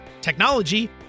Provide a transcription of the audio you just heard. technology